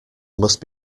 must